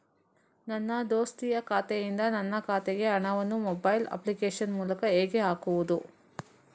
ನನ್ನ ದೋಸ್ತಿಯ ಖಾತೆಯಿಂದ ನನ್ನ ಖಾತೆಗೆ ಹಣವನ್ನು ಮೊಬೈಲ್ ಅಪ್ಲಿಕೇಶನ್ ಮೂಲಕ ಹೇಗೆ ಹಾಕುವುದು?